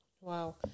Wow